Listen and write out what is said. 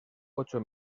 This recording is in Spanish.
ocho